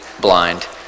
blind